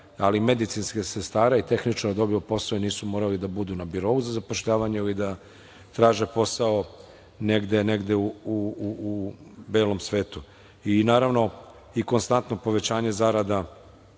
ali i medicinskih sestara i tehničara dobilo posao i nisu morali da budu na birou za zapošljavanje ili da traže posao negde u belom svetu. Naravno, i konstantno povećanje zarada